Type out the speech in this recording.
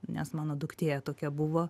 nes mano duktė tokia buvo